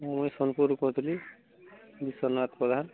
ମୁଁ ଏଇ ସୋନପୁରରୁ କହୁଥିଲି ବିଶ୍ୱନାଥ ପ୍ରଧାନ